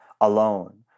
alone